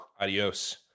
Adios